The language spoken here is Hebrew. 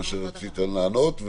מה שרציתם לענות,